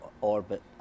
Orbit